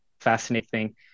fascinating